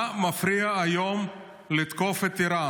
מה מפריע היום לתקוף את איראן?